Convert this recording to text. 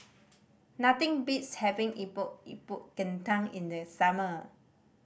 nothing beats having Epok Epok Kentang in the summer